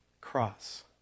cross